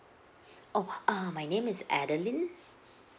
oh uh my name is adeline